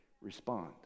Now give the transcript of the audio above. respond